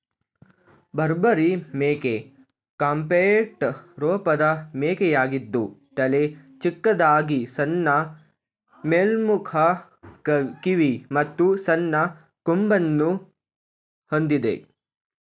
ಬಾರ್ಬರಿ ಮೇಕೆ ಕಾಂಪ್ಯಾಕ್ಟ್ ರೂಪದ ಮೇಕೆಯಾಗಿದ್ದು ತಲೆ ಚಿಕ್ಕದಾಗಿ ಸಣ್ಣ ಮೇಲ್ಮುಖ ಕಿವಿ ಮತ್ತು ಸಣ್ಣ ಕೊಂಬನ್ನು ಹೊಂದಿದೆ